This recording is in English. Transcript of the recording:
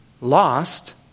lost